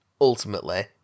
ultimately